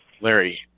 Larry